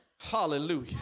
Hallelujah